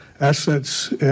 assets